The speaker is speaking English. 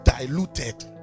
diluted